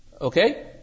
Okay